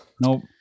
Nope